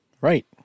right